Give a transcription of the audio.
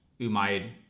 Umayyad